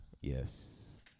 Yes